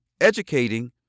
educating